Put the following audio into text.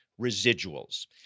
residuals